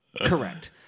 Correct